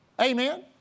Amen